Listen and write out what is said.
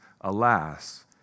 alas